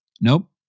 Nope